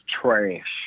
trash